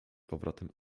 powrotem